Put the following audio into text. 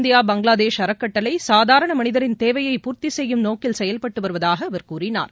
India Bangladesh அறக்கட்டளை சாதாரண மளிதரின் தேவையை பூர்த்தி செய்யும் நோக்கில் செயல்பட்டு வருவதாக கூறினார்